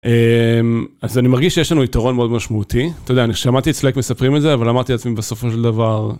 א.. אז אני מרגיש שיש לנו יתרון מאוד משמעותי. אתה יודע, אני שמעתי את סלאק מספרים את זה, אבל אמרתי לעצמי בסופו של דבר...